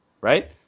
right